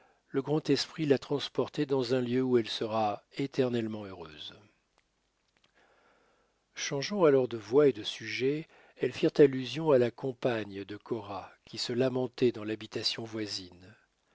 le grand esprit l'a transportée dans un lieu où elle sera éternellement heureuse changeant alors de voix et de sujet elles firent allusion à la compagne de cora qui se lamentait dans l'habitation voisine